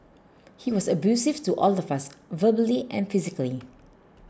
he was abusive to all of us verbally and physically